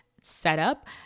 setup